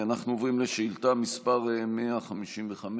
אנחנו עוברים לשאילתה מס' 155,